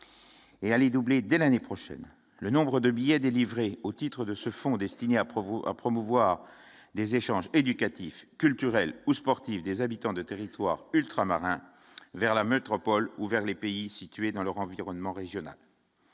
Et allez doubler dès l'année prochaine, le nombre de billets délivrés au titre de ce fonds destiné à provoquer à promouvoir des échanges éducatifs, culturels ou sportifs, des habitants de territoires ultramarins vers la Metropolit ouvert les pays situés dans leur environnement régional.